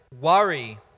worry